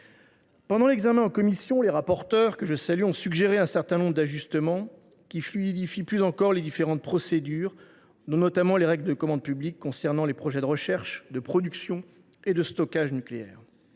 de l’examen en commission, les rapporteurs, que je salue, ont proposé un certain nombre d’ajustements, afin de fluidifier davantage encore les différentes procédures, notamment les règles de la commande publique concernant les projets de recherche, de production et de stockage nucléaires.